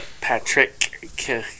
Patrick